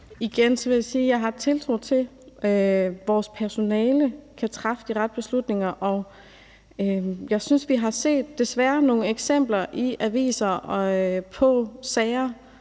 jeg har tiltro til, at vores personale kan træffe de rette beslutninger. Men jeg synes desværre også, vi i aviserne har